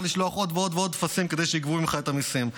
לשלוח עוד ועוד טפסים כדי שייגבו ממך מיסים.